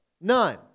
none